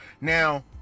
Now